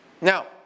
Now